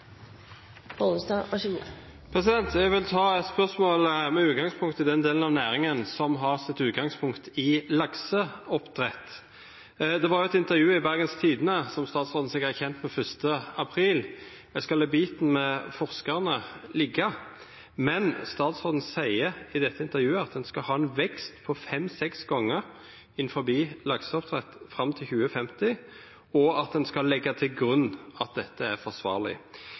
Jeg vil stille et spørsmål som gjelder den delen av næringen som har sitt utgangspunkt i lakseoppdrett. Det var et intervju i Bergens Tidende 1. april, som statsråden sikkert er kjent med. Jeg skal la biten om forskerne ligge, men statsråden sier i dette intervjuet at en skal ha en vekst på fem–seks ganger innenfor lakseoppdrett fram til 2050, og at en skal legge til grunn at dette er forsvarlig.